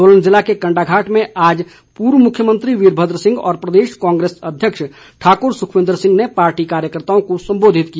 सोलन जिले के कंडाघाट में आज पूर्व मुख्यमंत्री वीरभद्र सिंह और प्रदेश कांग्रेस अध्यक्ष ठाकूर सुखविन्द्र सिंह ने पार्टी कार्यकर्ताओं को सम्बोधित किया